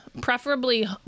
preferably